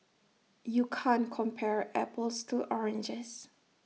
you can't compare apples to oranges